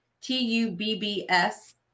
T-U-B-B-S